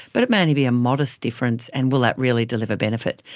but it may only be a modest difference and will that really deliver benefit?